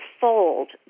fold